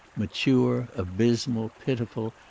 mature, abysmal, pitiful,